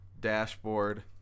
dashboard